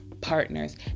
partners